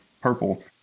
purple